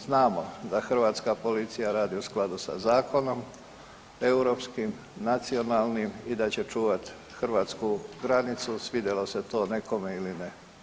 Znamo da hrvatska policija radi u skladu sa zakonom, europskim, nacionalnim i da će čuvati hrvatsku granicu, svidjelo se to nekome ili ne.